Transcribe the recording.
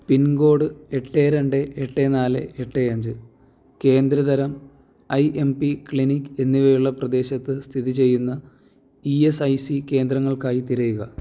pincode എട്ട് രണ്ട് എട്ട് നാല് എട്ട് അഞ്ച് കേന്ദ്രതരം ഐ എം പി ക്ലിനിക് എന്നിവയുള്ള പ്രദേശത്ത് സ്ഥിതി ചെയ്യുന്ന ഇ എസ് ഐ സി കേന്ദ്രങ്ങൾക്കായി തിരയുക